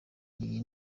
iyi